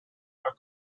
are